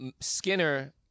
Skinner